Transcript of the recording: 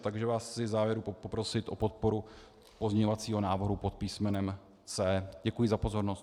Takže vás chci v závěru poprosit o podporu pozměňovacího návrhu pod písmenem C. Děkuji za pozornost.